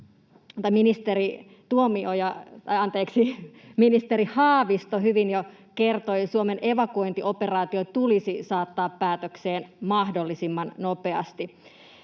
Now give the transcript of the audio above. ministeri Haavisto hyvin jo kertoi, Suomen evakuointioperaatio tulisi saattaa päätökseen mahdollisimman nopeasti.